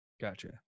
Gotcha